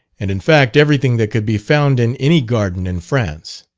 and in fact everything that could be found in any garden in france.